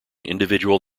individual